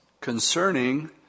concerning